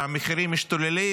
המחירים משתוללים,